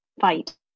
fight